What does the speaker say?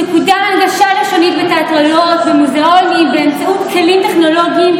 תקודם הנגשה לשונית בתיאטראות ובמוזיאונים באמצעות כלים טכנולוגיים,